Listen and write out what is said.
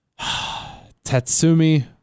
Tatsumi